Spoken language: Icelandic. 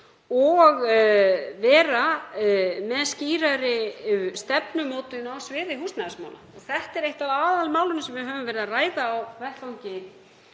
að vera með skýrari stefnumótun á sviði húsnæðismála. Það er eitt af aðalmálunum sem við höfum verið að ræða á vettvangi